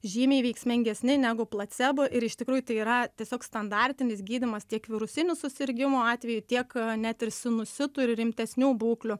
žymiai veiksmingesni negu placebo ir iš tikrųjų tai yra tiesiog standartinis gydymas tiek virusinių susirgimų atveju tiek net ir sinusitų ir rimtesnių būklių